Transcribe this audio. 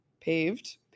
paved